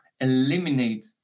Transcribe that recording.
eliminate